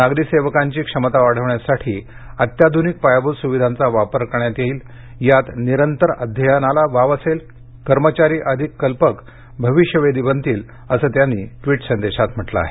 नागरी सेवकांची क्षमता वाढवण्यासाठी अत्याधूनिक पायाभूत सुविधांचा वापर करण्यात येईल यात निरंतर अध्ययनाला वाव असेल कर्मचारी अधिक कल्पक भविष्यवेधी बनतील असं त्यांनी ट्विट संदेशात म्हटलं आहे